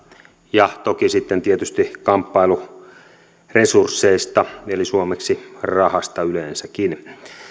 ja toki sitten tietysti kamppailu resursseista eli suomeksi rahasta yleensäkin